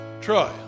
Troy